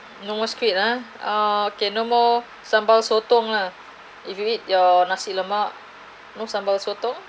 no more squid ah ah okay no more sambal sotong lah if you eat your nasi lemak no sambal sotong